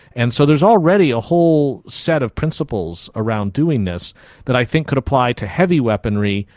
and so there is already a whole set of principles around doing this that i think could apply to heavy weaponry,